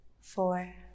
four